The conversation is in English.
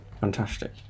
Fantastic